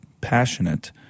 passionate